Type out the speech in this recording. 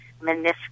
meniscus